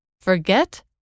forget